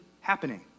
happening